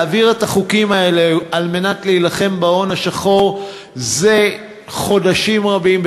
יש להעביר את החוקים האלה כדי להילחם בהון השחור זה חודשים רבים,